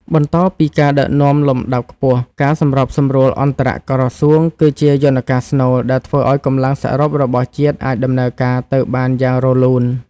បន្តពីការដឹកនាំលំដាប់ខ្ពស់ ការសម្របសម្រួលអន្តរក្រសួងគឺជាយន្តការស្នូលដែលធ្វើឱ្យកម្លាំងសរុបរបស់ជាតិអាចដំណើរការទៅបានយ៉ាងរលូន។